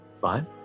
Fine